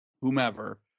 whomever